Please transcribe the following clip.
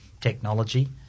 technology